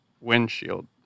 windshield